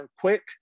quick